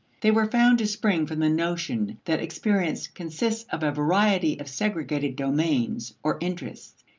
they were found to spring from the notion that experience consists of a variety of segregated domains, or interests,